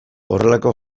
horrelako